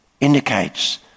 indicates